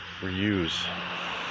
reuse